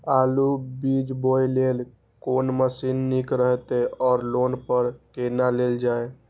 आलु बीज बोय लेल कोन मशीन निक रहैत ओर लोन पर केना लेल जाय?